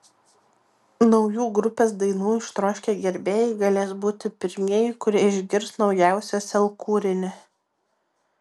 naujų grupės dainų ištroškę gerbėjai galės būti pirmieji kurie išgirs naujausią sel kūrinį